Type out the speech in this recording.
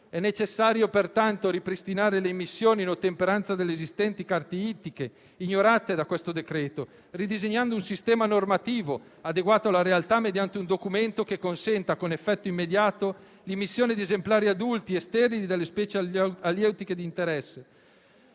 È necessario pertanto ripristinare le immissioni in ottemperanza delle esistenti carte ittiche, ignorate da questo decreto, ridisegnando un sistema normativo adeguato alla realtà mediante un documento che consenta con effetto immediato l'immissione di esemplari adulti e sterili delle specie alieutiche di interesse;